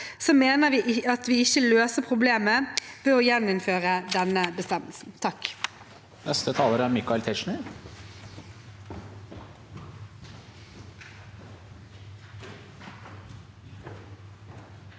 mener vi at vi ikke løser problemet ved å gjeninnføre denne bestemmelsen.